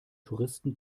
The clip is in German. touristen